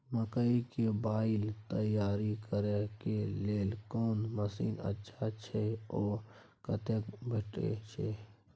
मकई के बाईल तैयारी करे के लेल कोन मसीन अच्छा छै ओ कतय भेटय छै